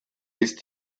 ist